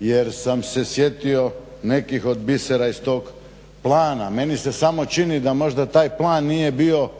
jer sam se sjetio nekih od bisera iz tog plana. Meni se samo čini da taj plan nije bio